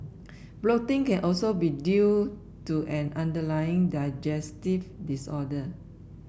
bloating can also be due to an underlying digestive disorder